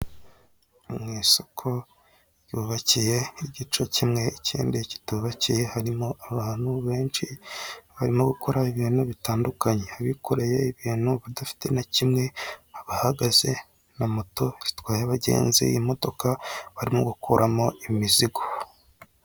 Mu isoko ryubakiye igice kimwe ikindi kitubakiye harimo abantu benshi barimo gukora ibintu bitandukanye, abikoreye ibintu badafite na kimwe, abahagaze na moto zitwaye abagenzi, imodoka barimo gukuramo imizigo.